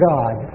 God